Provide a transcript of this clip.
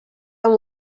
amb